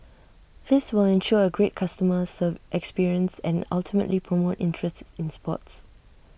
this will ensure A great customer experience and ultimately promote interest in sports